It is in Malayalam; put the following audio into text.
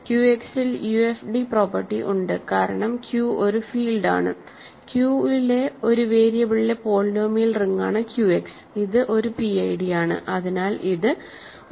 QX ൽ UFD പ്രോപ്പർട്ടി ഉണ്ട്കാരണം Q ഒരു ഫീൽഡ് ആണ് Q ലെ ഒരു വേരിയബിളിലെ പോളിനോമിയൽ റിംഗാണ് QX ഇത് ഒരു PID ആണ് അതിനാൽ ഇത് ഒരു UFD ആണ്